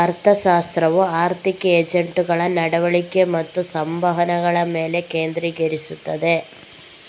ಅರ್ಥಶಾಸ್ತ್ರವು ಆರ್ಥಿಕ ಏಜೆಂಟುಗಳ ನಡವಳಿಕೆ ಮತ್ತು ಸಂವಹನಗಳ ಮೇಲೆ ಕೇಂದ್ರೀಕರಿಸುತ್ತದೆ